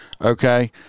Okay